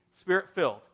spirit-filled